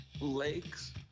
lakes